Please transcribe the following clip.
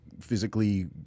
physically